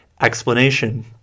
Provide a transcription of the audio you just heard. explanation